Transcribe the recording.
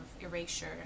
erasure